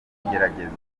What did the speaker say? igeragezwa